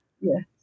Yes